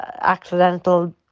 accidental